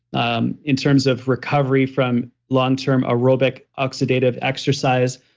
um in terms of recovery from long-term aerobic oxidative exercise,